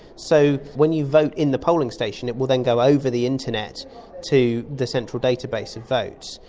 so when you vote in the polling station it will then go over the internet to the central database of votes,